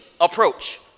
approach